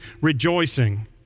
rejoicing